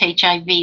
HIV